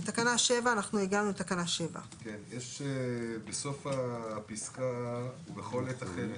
אנחנו הגענו לתקנה 7. בסוף הפסקה יש 'בכל עת אחרת'.